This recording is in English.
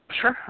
Sure